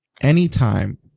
anytime